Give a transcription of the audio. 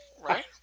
right